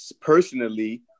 personally